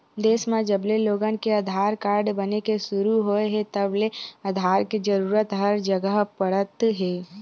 देस म जबले लोगन के आधार कारड बने के सुरू होए हे तब ले आधार के जरूरत हर जघा पड़त हे